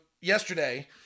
yesterday